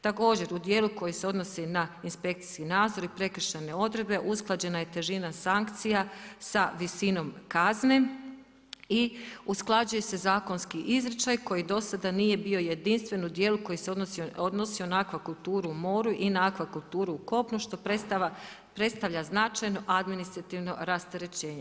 Također u djelu koji se odnosi na inspekcijski nadzor i prekršajne odredbe, usklađena je težina sankcija sa visinom kazne i usklađuje se zakonski izričaj koji do sada nije bio jedinstven u djelu koji se odnosio na akvakulturu na moru i na akvakulturu na kopnu što predstavlja značajno administrativno rasterećenje.